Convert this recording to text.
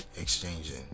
exchanging